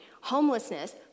homelessness